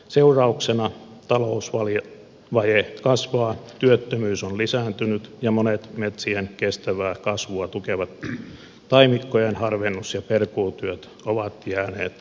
seurauksena talousvaje kasvaa työttömyys on lisääntynyt ja monet metsien kestävää kasvua tukevat taimikkojen harvennus ja perkuutyöt ovat jääneet ajallaan tekemättä